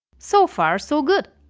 so far, so good.